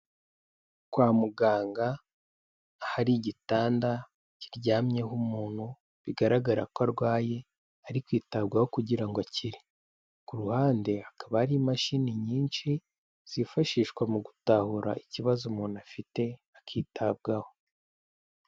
Kwa muganga, hari igitanda kiryamyeho umuntu, bigaragara ko arwaye, ari kwitabwaho kugira ngo akire. Ku ruhande, hakaba ari imashini nyinshi, zifashishwa mu gutahura ikibazo umuntu afite, akitabwaho.